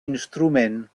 instrument